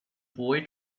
boy